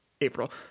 April